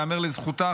ייאמר לזכותה,